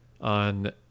on